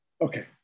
Okay